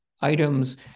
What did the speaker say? items